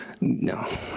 no